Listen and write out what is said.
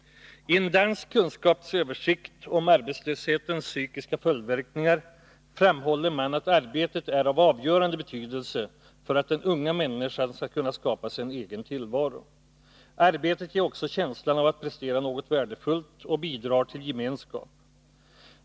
I en dansk kunskapsöversikt om arbetslöshetens psykiska följdverkningar framhåller man att arbetet är av avgörande betydelse för att den unga människan skall kunna skapa sig en egen tillvaro. Arbetet ger också känslan av att man presterar något värdefullt och bidrar till gemenskap.